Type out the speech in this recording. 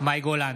מאי גולן,